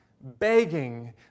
begging